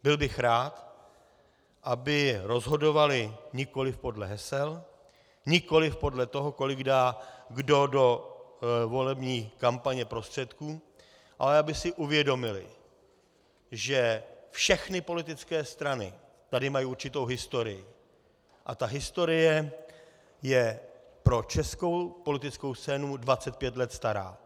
Byl bych rád, aby rozhodovali nikoliv podle hesel, nikoliv podle toho, kolik kdo dá do volební kampaně prostředků, ale aby si uvědomili, že všechny politické strany tady mají určitou historii a ta historie je pro českou politickou scénu dvacet pět let stará.